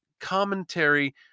commentary